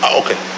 okay